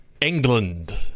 England